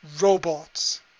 robots